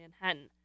Manhattan